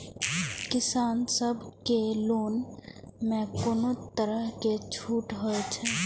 किसान सब के लोन में कोनो तरह के छूट हे छे?